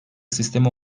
sistemi